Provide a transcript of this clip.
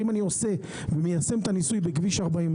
אם אני מיישם את הניסוי בכביש 40,